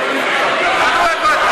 מקפיד ורץ מהר מאוד,